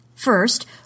First